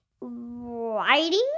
writing